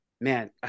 man